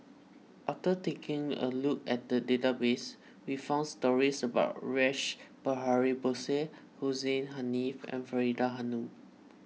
after taking a look at the database we found stories about Rash Behari Bose Hussein Haniff and Faridah Hanum